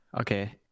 Okay